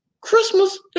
Christmas